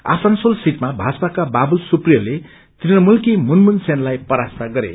आसनसोल सीटमा भाजपाका बाबुल सुप्रियोले तृणमूलकी मुनमुन संनलाइ परास्त गरे